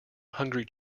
hungry